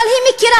אבל היא מכירה,